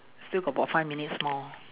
still got about five minutes more